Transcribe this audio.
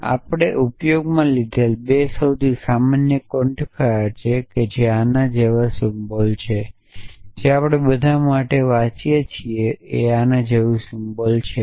અને આપણે ઉપયોગમાં લીધેલા 2 સૌથી સામાન્ય ક્વોન્ટિફાયર્સ એ આના જેવા સિમ્બોલ છે જે આપણે બધા માટે વાંચીએ છીએ એ આના જેવું સિમ્બોલ છે